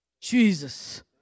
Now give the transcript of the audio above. Jesus